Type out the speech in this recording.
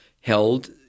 held